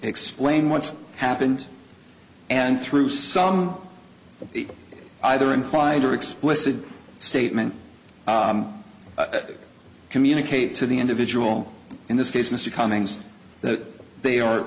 explain what happened and through some either implied or explicit statement to communicate to the individual in this case mr cummings that they are